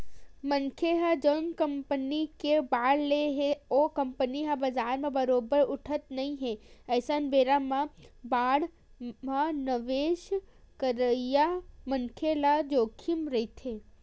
मनखे ह जउन कंपनी के बांड ले हे ओ कंपनी ह बजार म बरोबर उठत नइ हे अइसन बेरा म बांड म निवेस करइया मनखे ल जोखिम रहिथे